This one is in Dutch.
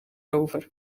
over